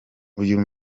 uyu